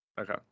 Okay